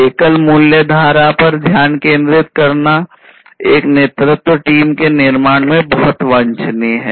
एकल मूल्य धारा पर ध्यान केंद्रित करना एक नेतृत्व टीम के निर्माण में बहुत वांछनीय है